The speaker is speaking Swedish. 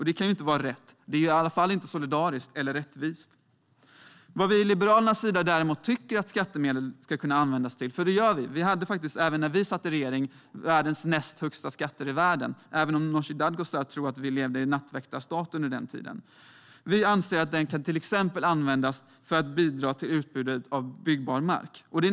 Det kan inte vara rätt. Det är i alla fall inte solidariskt eller rättvist. Vi i Liberalerna tycker däremot att skattemedel ska kunna användas till annat. Även när vi satt i regeringen hade Sverige bland de näst högsta skatterna i världen, även om Nooshi Dadgostar tror att vi levde i en nattväktarstat under den tiden. Vi anser att skattemedel till exempel kan användas för att bidra till utbudet av byggbar mark.